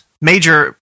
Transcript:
major